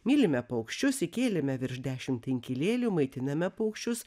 mylime paukščius įkėlėme virš dešimt inkilėlių maitiname paukščius